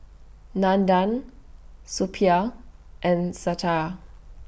Nandan Suppiah and Satya